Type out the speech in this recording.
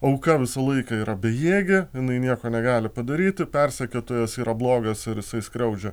auka visą laiką yra bejėgė jinai nieko negali padaryti persekiotojas yra blogas ar jisai skriaudžia